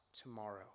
tomorrow